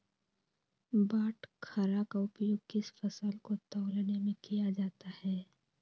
बाटखरा का उपयोग किस फसल को तौलने में किया जाता है?